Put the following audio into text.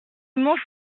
mont